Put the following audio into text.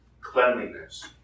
Cleanliness